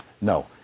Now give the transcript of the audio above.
no